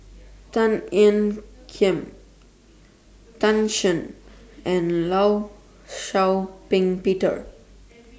Tan Ean Kiam Tan Shen and law Shau Ping Peter